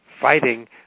fighting